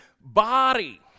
body